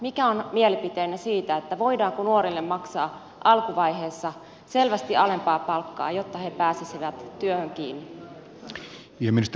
mikä on mielipiteenne voidaanko nuorille maksaa alkuvaiheessa selvästi alempaa palkkaa jotta he pääsisivät työhön kiinni